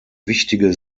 wichtige